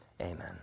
amen